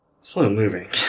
Slow-moving